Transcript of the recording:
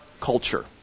culture